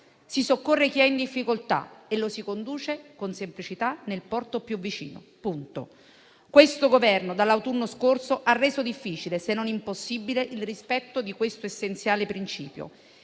si soccorre chi è in difficoltà e lo si conduce con semplicità nel porto più vicino. Il Governo dall'autunno scorso ha reso difficile, se non impossibile, il rispetto di questo essenziale principio: